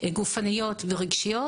גופניות ורגשיות,